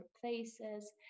places